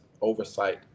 oversight